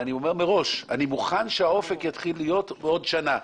אני אומר מראש שאני מוכן שהאופק יתחיל להיות בעוד שנה.